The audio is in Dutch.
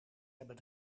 hebben